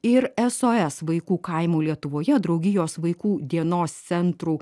ir sos vaikų kaimų lietuvoje draugijos vaikų dienos centrų